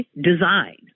design